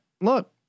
look